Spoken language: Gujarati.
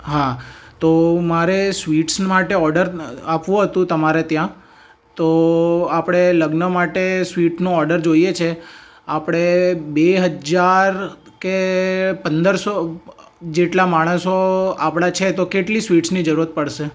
હા તો મારે સ્વીટ્સ માટે ઓર્ડર આપવો હતું તમારે ત્યાં તો આપણે લગ્ન માટે સ્વીટનો ઓર્ડર જોઈએ છે આપણે બે હજાર કે પંદરસો જેટલા માણસો આપણા છે તો કેટલી સ્વીટ્સની જરૂરત પડશે